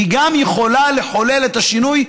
היא גם יכולה לחולל את השינוי.